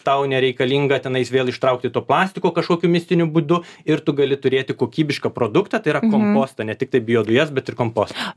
tau nereikalinga tenai jis vėl ištraukti to plastiko kažkokiu mistiniu būdu ir tu gali turėti kokybišką produktą tai yra kompostą ne tiktai biodujas bet ir kompostą